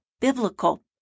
biblical